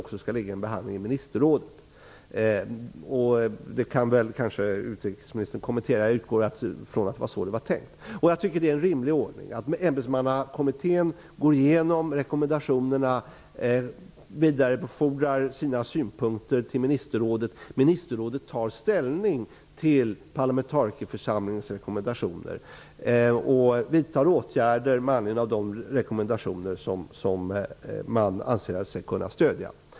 Utrikesministern kan kanske kommentera detta, men jag utgår från att det var så det var tänkt. Jag tycker att det är en rimlig ordning att ämbetsmannakommittén går igenom rekommendationerna och vidarebefordrar sina synpunkter till ministerrådet, men att ministerrådet tar ställning till parlamentarikerförsamlingens rekommendationer och vidtar åtgärder med anledning av de rekommendationer som man anser sig kunna stödja.